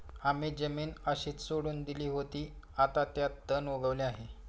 आम्ही जमीन अशीच सोडून दिली होती, आता त्यात तण उगवले आहे